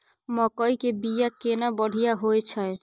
मकई के बीया केना बढ़िया होय छै?